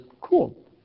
cool